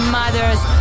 mothers